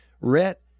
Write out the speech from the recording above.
Rhett